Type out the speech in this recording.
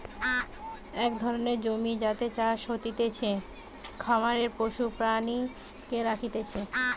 এক ধরণের জমি যাতে চাষ হতিছে, খামারে পশু প্রাণীকে রাখতিছে